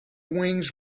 wings